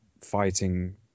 fighting